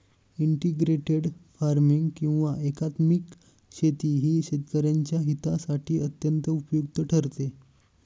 integrated farming किंवा एकात्मिक शेती ही शेतकऱ्यांच्या हितासाठी अत्यंत उपयुक्त ठरते